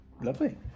Lovely